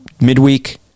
midweek